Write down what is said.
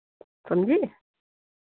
समझी